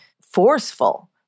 forceful